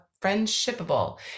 Friendshipable